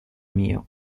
mio